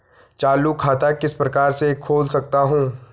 चालू खाता किस प्रकार से खोल सकता हूँ?